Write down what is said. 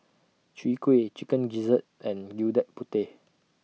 Chwee Kueh Chicken Gizzard and Gudeg Putih